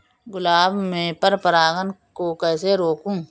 गुलाब में पर परागन को कैसे रोकुं?